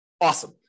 Awesome